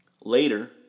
Later